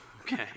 Okay